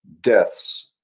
Deaths